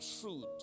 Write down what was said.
Truth